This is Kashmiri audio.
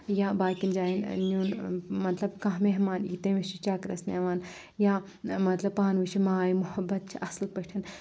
یا باقین جاین نیُن مطلب کانہہ مہمان یی تٔمِس چھ چکرس نوان یا مطلب پانہٕ ؤنۍ چھ ماے محبت چھ اصل پٲٹھۍ